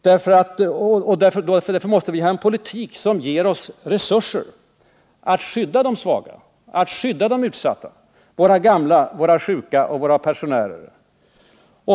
Därför måste vi ha en politik som ger oss resurser att skydda de svaga och utsatta, våra gamla och sjuka och våra pensionärer.